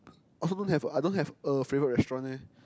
I also don't have I don't have a favourite restaurant eh